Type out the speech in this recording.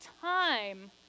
time